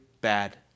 bad